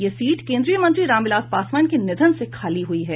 यह सीट केन्द्रीय मंत्री रामविलास पासवान के निधन से खाली हुई है